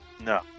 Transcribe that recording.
No